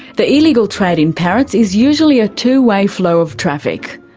the illegal trade in parrots is usually a two-way flow of traffic.